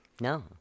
no